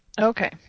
Okay